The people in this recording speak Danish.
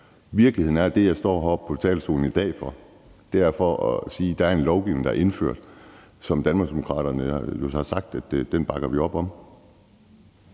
er – og det er det, jeg står heroppe på talerstolen i dag for at sige – at der er en lovgivning, der er indført, som Danmarksdemokraterne har sagt at vi bakker op om.